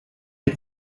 des